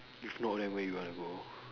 if not then where you want to go